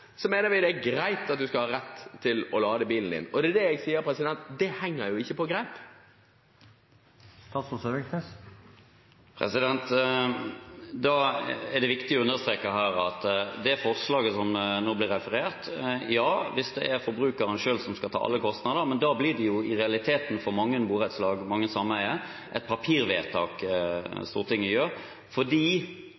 mener de det er greit at man skal ha rett til å lade bilen sin. Derfor sier jeg: Det henger jo ikke på greip. Det er viktig å understreke, når det gjelder det forslaget som det nå ble referert til: Ja, hvis det er forbrukeren selv som skal ta alle kostnader. Men da blir det for mange borettslag og sameier i realiteten et papirvedtak